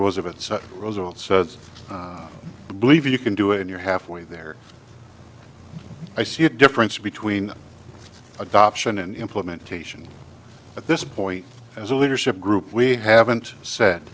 results says to believe you can do it and you're halfway there i see a difference between adoption and implementation at this point as a leadership group we haven't s